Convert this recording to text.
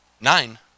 Nine